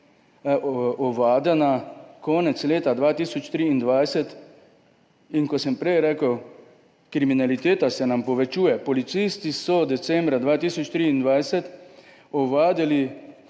ovadena konec leta 2023. Kot sem prej rekel, kriminaliteta se nam povečuje. Policisti so decembra 2023 ovadili